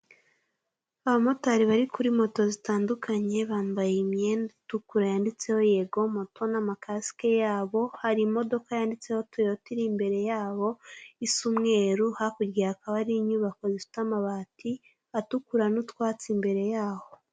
Abamotari bari kuri moto zitandukanye bambaye imyenda itukura yanditseho YEGOMOTO n'amakasike yabo, hari imodoka yanditseho TOYOTA iri imbere yabo isa umweru harkurya hakaba hari inyubako zifite amabati atukura n'utwatsi imbere yaho.